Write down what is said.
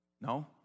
No